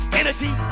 energy